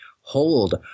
hold